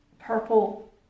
purple